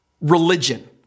Religion